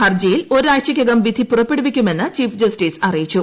ഹർജിയിൽ ഒരാഴ്ചയ്ക്കകം വിധി പുറപ്പെടുവിക്കുമെന്ന് ചീഫ് ജസ്റ്റിസ് അറിയിച്ചു